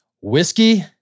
whiskey